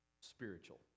spiritual